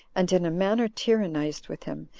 and in a manner tyrannized with him,